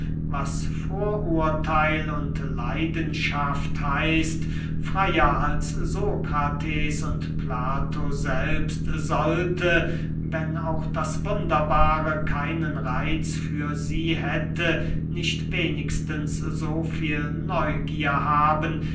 was vorurtheil und leidenschaft heißt freyer als sokrates und plato selbst sollte wenn auch das wunderbare keinen reitz für sie hätte nicht wenigstens so viel neugier haben